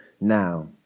now